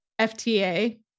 FTA